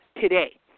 today